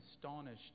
astonished